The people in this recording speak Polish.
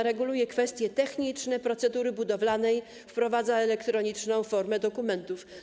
Reguluje ona kwestie techniczne procedury budowlanej, wprowadza elektroniczną formę dokumentów.